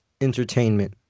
entertainment